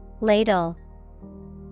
Ladle